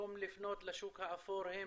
שבמקום לפנות לשוק האפור הם